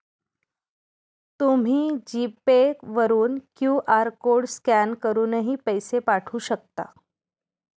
तुम्ही G pay वरून QR code scan करूनही पैसे पाठवू शकता